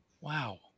Wow